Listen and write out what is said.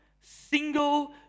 single